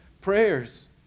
prayers